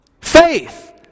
Faith